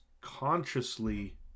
consciously